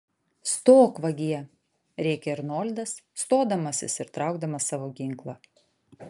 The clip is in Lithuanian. stok vagie rėkė arnoldas stodamasis ir traukdamas savo ginklą